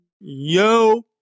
yo